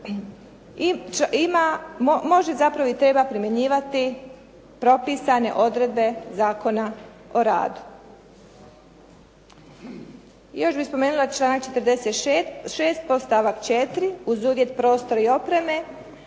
može zapravo i treba primjenjivati propisane odredbe Zakona o radu. Još bih spomenula članak 46. podstavak 4. uz uvjet prostor i opreme.